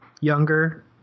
younger